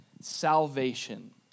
Salvation